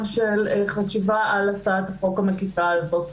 של חשיבה על הצעת החוק המקיפה הזאת.